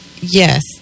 Yes